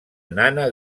nana